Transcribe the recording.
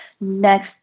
next